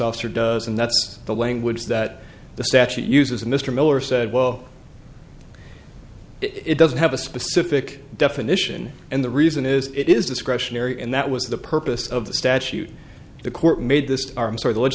officer does and that's the language that the statute uses and mr miller said well it doesn't have a specific definition and the reason is it is discretionary and that was the purpose of the statute the court made this arms